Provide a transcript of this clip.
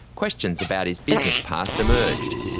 questions about his business past emerged.